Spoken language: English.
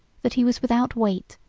that he was without weight,